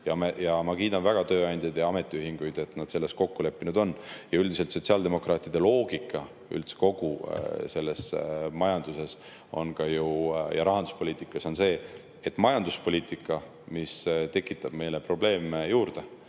Ma kiidan väga tööandjaid ja ametiühinguid, et nad selles kokku leppisid. Üldiselt on sotsiaaldemokraatide loogika kogu majanduses ja rahanduspoliitikas see, et majanduspoliitika, mis tekitab meile probleeme juurde,